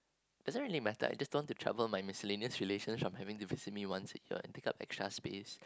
doesn't really matter I just don't want to trouble my miscellaneous relations from having to visit me once a year and take up extra space